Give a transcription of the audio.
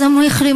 אז הם הוחרמו.